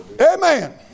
Amen